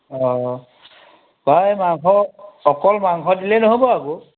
অঁ হয় এই মাংস অকল মাংস দিলেই নহ'ব আকৌ